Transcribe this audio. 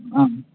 ആ